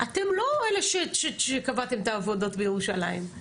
אתם לא אלה שקבעתם את העבודות בירושלים,